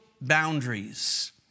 boundaries